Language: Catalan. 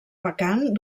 vacant